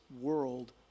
world